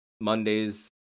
Mondays